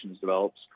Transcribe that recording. develops